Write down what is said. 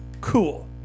cool